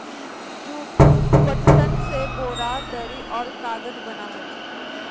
jute, पटसन से बोरा, दरी औरो कागज बना हइ